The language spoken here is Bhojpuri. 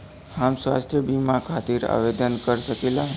हम स्वास्थ्य बीमा खातिर आवेदन कर सकीला?